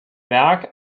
werk